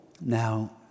Now